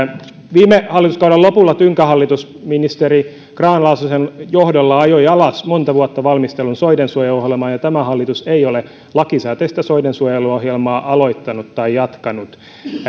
viime hallituskauden lopulla tynkähallitus ministeri grahn laasosen johdolla ajoi alas monta vuotta valmistellun soidensuojeluohjelman ja tämä hallitus ei ole lakisääteistä soidensuojeluohjelmaa aloittanut tai jatkanut